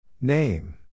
Name